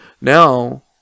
now